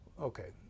Okay